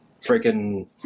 freaking